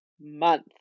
month